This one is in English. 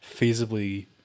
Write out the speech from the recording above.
feasibly